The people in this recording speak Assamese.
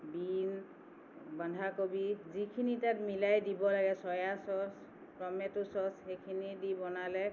বিন বন্ধাকবি যিখিনি তাত মিলাই দিব লাগে চয়া চ'চ টমেট' চ'চ সেইখিনি দি বনালে